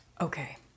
Okay